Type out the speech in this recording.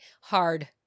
hard